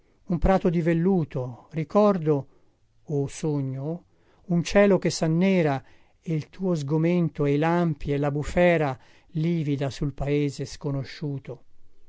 un prato di velluto ricordo o sogno un cielo che sannera e il tuo sgomento e i lampi e la bufera livida sul paese sconosciuto